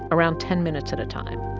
around ten minutes at a time.